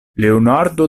leonardo